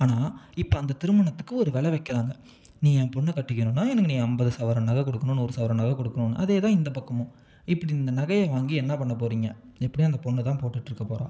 ஆனால் இப்போ அந்த திருமணத்துக்கு ஒரு வெலை வைக்கிறாங்க நீ என் பெண்ணை கட்டிக்கணும்னால் எனக்கு நீ எனக்கு ஐம்பது சவரன் நகை கொடுக்கணும் நூறு சவரன் நகை கொடுக்கணும்னு அதே தான் இந்த பக்கமும் இப்படி இந்த நகைய வாங்கி என்ன பண்ணப்போறிங்க எப்படியும் அந்த பெண்ணு தான் போட்டுட்டிருக்க போகிறா